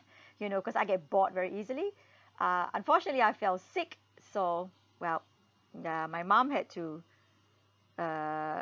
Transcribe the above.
you know cause I get bored very easily uh unfortunately I fell sick so well uh my mom had to uh